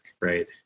right